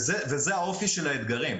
זה האופי של האתגרים.